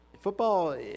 football